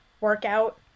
workout